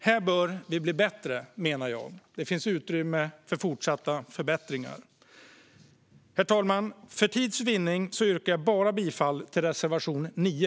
Här bör vi bli bättre, menar jag. Det finns utrymme för fortsatta förbättringar. Herr talman! För tids vinnande yrkar jag bifall bara till reservation 9.